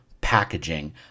packaging